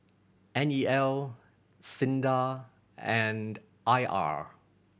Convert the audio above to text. N E L SINDA and I R